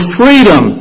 freedom